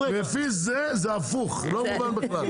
לפי זה, זה הפוך, לא מובן בכלל.